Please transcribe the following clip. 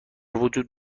وجود